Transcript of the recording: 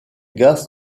gaz